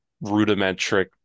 rudimentary